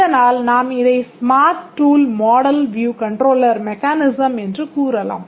இதனால் நாம் இதை smart talk Model View Controller mechanism என்று கூறலாம்